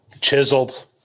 chiseled